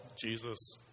Jesus